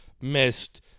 Missed